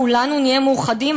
כולנו נהיה מאוחדים,